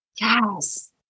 Yes